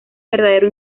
verdadero